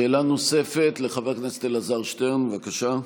שאלה נוספת, לחבר הכנסת אלעזר שטרן, בבקשה.